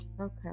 Okay